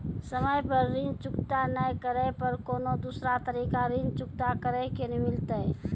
समय पर ऋण चुकता नै करे पर कोनो दूसरा तरीका ऋण चुकता करे के मिलतै?